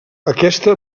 aquesta